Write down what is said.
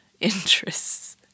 interests